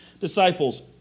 disciples